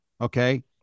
okay